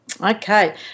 Okay